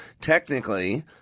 Technically